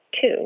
two